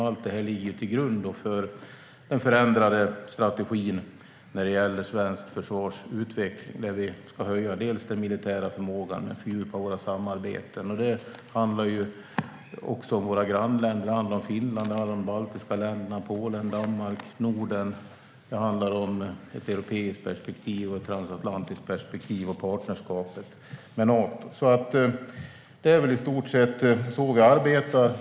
Allt det ligger till grund för den förändrade strategin när det gäller svenskt försvars utveckling. Vi ska höja den militära förmågan och fördjupa våra samarbeten. Det handlar också om våra grannländer. Det handlar om Finland. Det handlar om de baltiska länderna, Polen och Norden. Det handlar om ett europeiskt perspektiv, ett transatlantiskt perspektiv och partnerskapet med Nato. Det är väl i stort sett så vi arbetar.